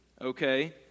okay